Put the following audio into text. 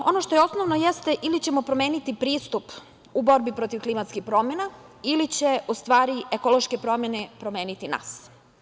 Ono što je osnovna, jeste, ili ćemo promeniti pristup u borbi protiv klimatskih promena, ili će u stvari ekološke promene promeniti nas.